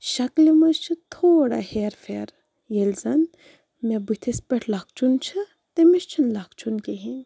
شَکلہِ منٛز چھِ تھوڑا ہیر فیر ییٚلہِ زَن مےٚ بٔتھِس پٮ۪ٹھ لَکھچُن چھُ تٔمِس چھُنہٕ لَکھچُن کِہیٖنۍ